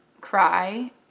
Cry